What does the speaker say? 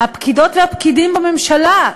הפקידות והפקידים בממשלה,